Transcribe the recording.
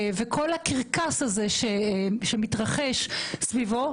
וכל הקרקס שמתרחש סביבו.